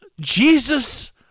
Jesus